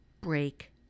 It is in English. break